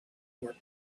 port